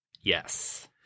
Yes